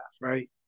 right